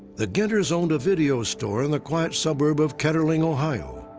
the ginter's owned a video store in the quiet suburb of ketterling, ohio.